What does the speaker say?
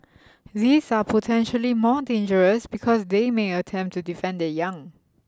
these are potentially more dangerous because they may attempt to defend their young